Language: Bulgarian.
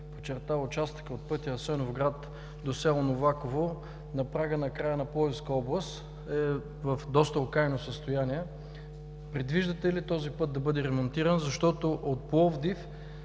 очертал участъка от пътя от Асеновград до село Новаково – на прага, на края на Пловдивска област, е в доста окаяно състояние. Предвиждате ли този път да бъде ремонтиран, защото от Пловдив